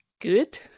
good